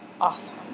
Awesome